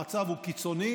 המצב הוא קיצוני.